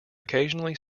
occasionally